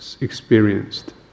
experienced